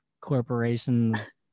corporations